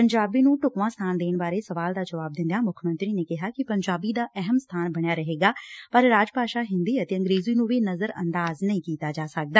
ਪੰਜਾਬੀ ਨੂੰ ਢੁਕਵਾਂ ਸਬਾਨ ਦੇਣ ਬਾਰੇ ਸਵਾਲ ਦਾ ਜਵਾਬ ਦਿੰਦਿਆਂ ਮੁੱਖ ਮੰਤਰੀ ਨੇ ਕਿਹਾ ਕਿ ਪੰਜਾਬੀ ਦਾ ਅਹਿਮ ਸਬਾਨ ਬਣਿਆ ਰਹੇਗਾ ਪਰ ਰਾਜ ਭਾਸ਼ਾ ਹਿੰਦੀ ਅਤੇ ਅੰਗਰੇਜ਼ੀ ਨੁੰ ਵੀ ਨਜ਼ਰ ਅੰਦਾਜ਼ ਨਹੀਂ ਕੀਤਾ ਜਾ ਸਕਦਾ